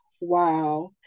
Wow